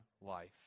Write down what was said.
life